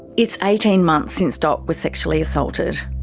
it's eighteen months since dot was sexually assaulted.